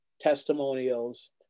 testimonials